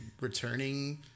returning